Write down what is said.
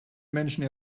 menschen